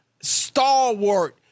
stalwart